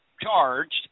charged